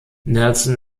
nelson